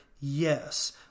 Yes